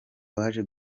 waje